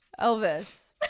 elvis